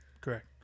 Correct